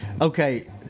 okay